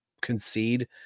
concede